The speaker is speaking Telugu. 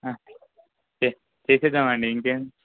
చేసేద్దామండి ఇంకేమి